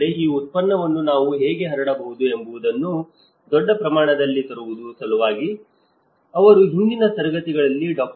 ಆದರೆ ಈ ಉತ್ಪನ್ನವನ್ನು ನಾವು ಹೇಗೆ ಹರಡಬಹುದು ಎಂಬುದನ್ನು ದೊಡ್ಡ ಪ್ರಮಾಣದಲ್ಲಿ ತರುವುದು ಸವಾಲಾಗಿದೆ ಅವರ ಹಿಂದಿನ ತರಗತಿಗಳಲ್ಲಿ ಡಾ